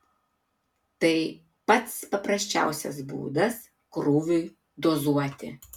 tai pats paprasčiausias būdas krūviui dozuoti